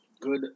Good